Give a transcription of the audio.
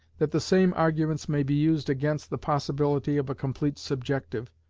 that the same arguments may be used against the possibility of a complete subjective,